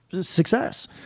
success